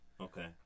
Okay